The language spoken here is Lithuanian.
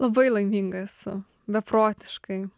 labai laiminga esu beprotiškai